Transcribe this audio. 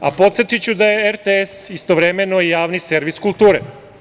Podsetiću da je RTS, istovremeno, javni servis kulture.